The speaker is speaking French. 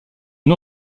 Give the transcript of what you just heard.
une